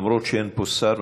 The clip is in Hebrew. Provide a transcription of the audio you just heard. למרות שאין פה שר.